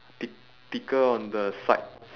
thick thicker on the side